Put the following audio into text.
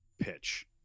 pitch